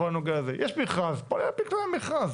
יש מכרז - בואו נלך לפי כללי המכרז.